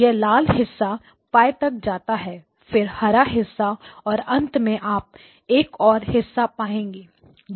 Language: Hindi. यह लाल हिस्सा π तक जाता है फिर हरा हिस्सा और अंत में आप एक और हिसा पाएंगे